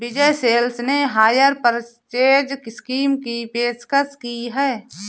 विजय sales ने hire purchase scheme की पेशकश की हैं